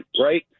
right